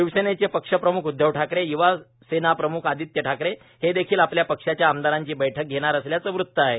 शिवसेनेचे पक्ष प्रमुख उद्धव ठाकरे युवासेना प्रमुख आदित्य ठाकरे हे देखिल आपल्या पक्षाच्या आमदारांची बैठक घेणार असल्याचं वृत्त आहे